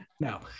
No